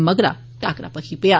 मगरा टाकरा भखी पेआ